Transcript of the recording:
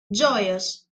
joyous